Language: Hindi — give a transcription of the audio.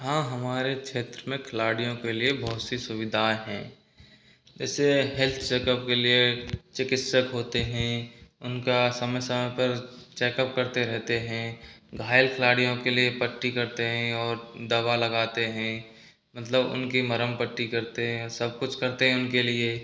हाँ हमारे क्षेत्र में खिलाड़ियों के लिए बहुत सी सुविधा है जैसे हेल्थ चेकप के लिए चिकित्सक होते हैं उनका समय समय पर चेकप करते रहते हैं घायल खिलाड़ियों के लिए पट्टी करते हैं और दवा लगाते हैं मतलब उनकी मरहम पट्टी करते हैं सब कुछ करते हैं उनके लिए